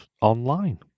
online